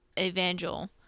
Evangel